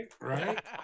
right